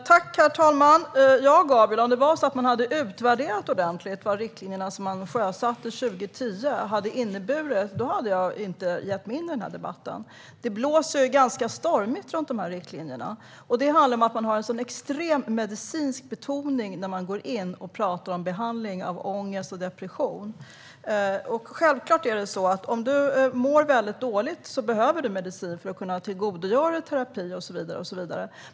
Herr talman! Ja, Gabriel, om man ordentligt hade utvärderat vad riktlinjerna från 2010 har inneburit, då hade jag inte gett mig in i den här debatten. Det blåser ju ganska stormigt runt dessa riktlinjer. Det handlar om att man har en extremt medicinsk betoning när man pratar om behandling av ångest och depression. Om du mår väldigt dåligt behöver du självklart medicin för att kunna tillgodogöra dig terapi och så vidare.